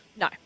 No